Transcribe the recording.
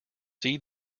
see